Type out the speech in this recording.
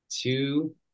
two